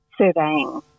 surveying